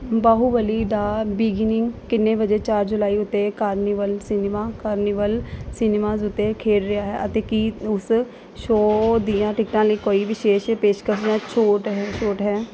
Baahubali the beginning ਕਿੰਨੇ ਵਜੇ ਚਾਰ ਜੁਲਾਈ ਉੱਤੇ ਕਾਰਨੀਵਲ ਸਿਨੇਮਾ ਕਾਰਨੀਵਲ ਸਿਨੇਮਾ ਉੱਤੇ ਖੇਡ ਰਿਹਾ ਹੈ ਅਤੇ ਕੀ ਉਸ ਸ਼ੋਅ ਦੀਆਂ ਟਿਕਟਾਂ ਲਈ ਕੋਈ ਵਿਸ਼ੇਸ਼ ਪੇਸ਼ਕਸ਼ ਜਾਂ ਛੋਟ ਛੋਟ ਹੈ